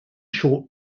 short